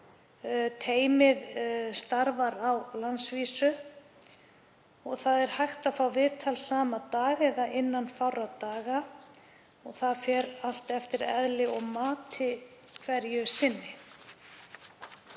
Teymið starfar á landsvísu. Hægt er að fá viðtal sama dag eða innan fárra daga, það fer allt eftir eðli og mati hverju sinni.